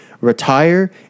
retire